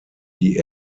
die